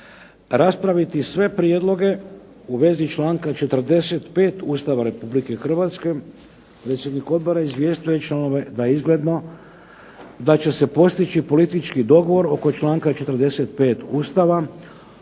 raspraviti sve prijedloge u vezi članka 45. Ustava Republike Hrvatske. Predsjednik odbora izvijestio je članove da je izgledno da će se postići politički dogovor oko članka 45. Ustava